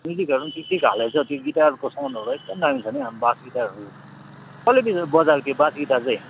म्युजिकहरू पनि ठिक ठिक हालेको छ त्यो गिटारको साउन्डहरू एकदम दामी छ नि हौ बेस गिटारहरू कसले त्यसरी बजायो त्यो बेस गिटार चाहिँ